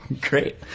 great